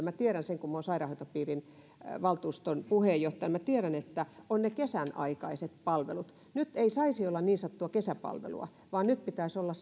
minä tiedän sen kun minä olen sairaanhoitopiirin valtuuston puheenjohtaja että on ne kesän aikaiset palvelut nyt ei saisi olla niin sanottua kesäpalvelua vaan nyt pitäisi olla